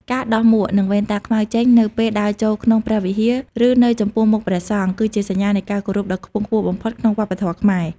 ការដោះមួក និងវ៉ែនតាខ្មៅចេញ នៅពេលដើរចូលក្នុងព្រះវិហារ ឬនៅចំពោះមុខព្រះសង្ឃ គឺជាសញ្ញានៃការគោរពដ៏ខ្ពង់ខ្ពស់បំផុតក្នុងវប្បធម៌ខ្មែរ។